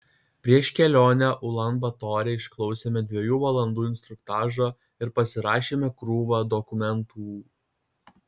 prieš kelionę ulan batore išklausėme dviejų valandų instruktažą ir pasirašėme krūvą dokumentų